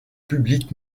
public